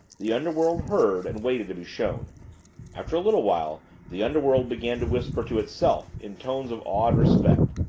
the underworld heard and waited to be shown after a little while the underworld began to whisper to itself in tones of awed respect.